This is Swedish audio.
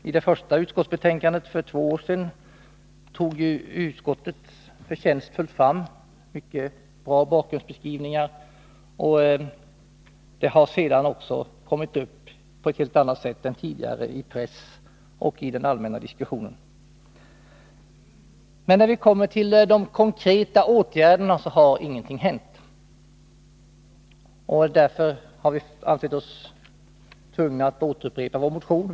I det första utskottsbetänkandet för två år sedan tog utskottet förtjänstfullt fram mycket bra bakgrundsbeskrivningar, och saken har sedan kommit upp på ett helt annat sätt än tidigare i press och i den allmänna diskussionen. Men när vi kommer till de konkreta åtgärderna har ingenting hänt. Därför har vi ansett oss tvungna att återupprepa vår motion.